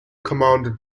commanded